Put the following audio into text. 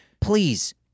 please